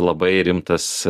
labai rimtas